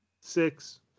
Six